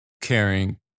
caring